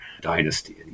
dynasty